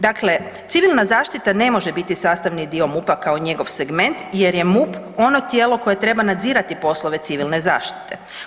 Dakle, civilna zaštita ne može biti sastavni dio MUP-a kao njegov segment jer je MUP ono tijelo koje treba nadzirati poslove civilne zaštite.